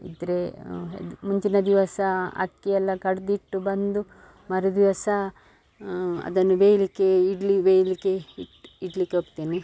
ಇದ್ದರೇ ಇದು ಮುಂಚಿನ ದಿವಸ ಅಕ್ಕಿ ಎಲ್ಲ ಕಡೆದಿಟ್ಟು ಬಂದು ಮರುದಿವಸ ಅದನ್ನು ಬೇಯಲಿಕ್ಕೆ ಇಡ್ಲಿ ಬೇಯಲಿಕ್ಕೆ ಇಟ್ಟು ಇಡ್ಲಿಕ್ಕೆ ಹೋಗ್ತೇನೆ